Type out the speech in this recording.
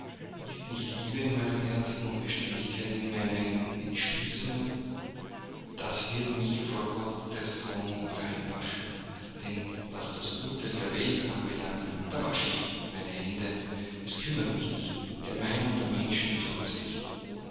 ist nicht liebe in meinem herzen und beständigkeit in meinen entschließungen das wird mich vor gottes thron rein waschen denn was das urteil der welt anbelangt da wasche ich meine hände es kümmert mich nicht der meinung der menschen trotze